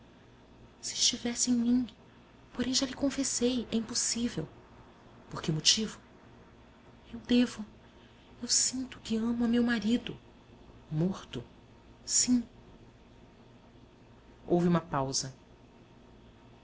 se estivesse em mim porém já lhe confessei é impossível por que motivo eu devo eu sinto que amo a meu marido morto sim houve uma pausa